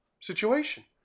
situation